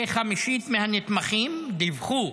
כחמישית מהנתמכים דיווחו